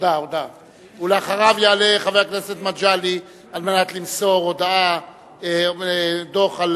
אחריו יעלה חבר הכנסת מגלי על מנת למסור דוח על